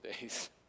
days